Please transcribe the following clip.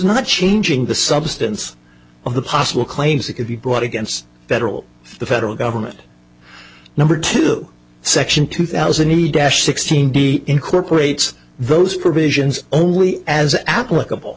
not changing the substance of the possible claims that could be brought against federal the federal government number two section two thousand a dash sixteen d incorporates those provisions only as applicable